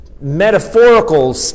metaphorical